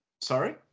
Sorry